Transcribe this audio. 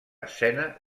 escena